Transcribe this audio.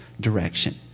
direction